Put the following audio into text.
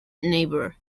neighbour